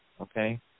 Okay